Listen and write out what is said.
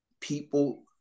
people